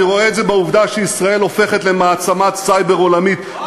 אני רואה את זה בעובדה שישראל הופכת למעצמת סייבר עולמית.